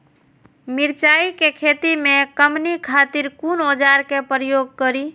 मिरचाई के खेती में कमनी खातिर कुन औजार के प्रयोग करी?